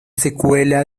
secuela